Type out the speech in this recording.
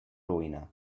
roïna